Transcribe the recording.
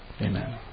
Amen